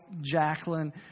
Jacqueline